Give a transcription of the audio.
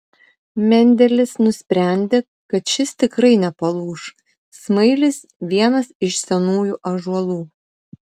mendelis nusprendė kad šis tikrai nepalūš smailis vienas iš senųjų ąžuolų